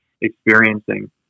experiencing